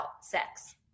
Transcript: sex